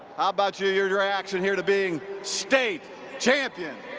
about you, your your reaction here to being state champion?